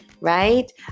right